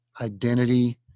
identity